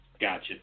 Gotcha